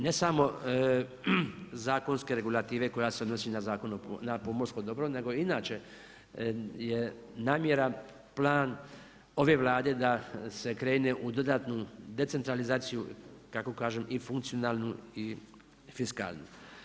Ne samo zakonske regulative koja se odnosi na Zakon o, na pomorsko dobro nego i inače je namjera, plan ove Vlade da se krene u dodatnu decentralizaciju kako kažem i funkcionalnu i fiskalnu.